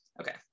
okay